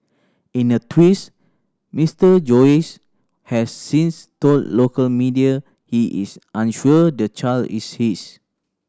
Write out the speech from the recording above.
in a twist Mister Joyce has since told local media he is unsure the child is his